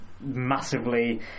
massively